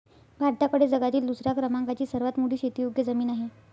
भारताकडे जगातील दुसऱ्या क्रमांकाची सर्वात मोठी शेतीयोग्य जमीन आहे